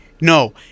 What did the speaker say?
No